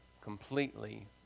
completely